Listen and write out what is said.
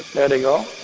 there they go.